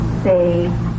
say